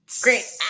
Great